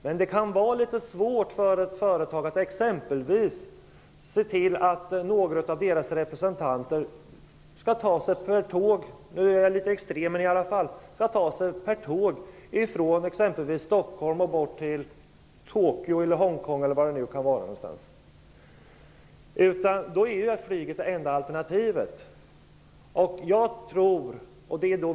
Men det kan vara litet svårt för ett företag att exempelvis se till att några av dess representanter skall ta sig per tåg - nu är jag litet extrem, men i alla fall - från Stockholm till Tokyo eller Hongkong. Då är flyget det enda alternativet.